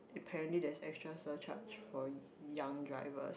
apparently there's extra surcharge for young drivers